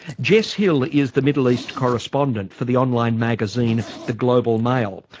jess hill is the middle east correspondent for the online magazine the global mail.